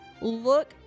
Look